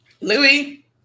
Louis